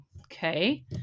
Okay